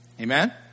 Amen